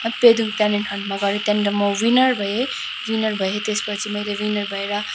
Pedong talent हन्टमा गएर त्यहाँनिर म विनर भएँ विनर भएँ त्यसपछि मैले विनर भएर